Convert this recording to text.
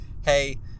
hey